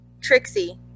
Trixie